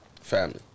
family